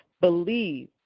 believe